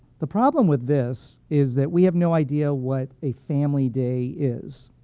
the problem with this is that we have no idea what a family day is.